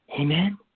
Amen